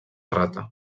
rata